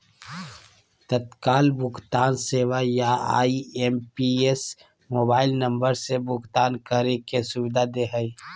तत्काल भुगतान सेवा या आई.एम.पी.एस मोबाइल नम्बर से भुगतान करे के सुविधा दे हय